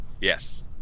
Yes